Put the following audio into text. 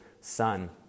son